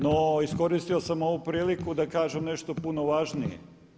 No, iskoristio sam ovu priliku da kažem nešto puno važnije.